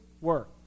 work